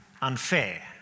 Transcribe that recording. unfair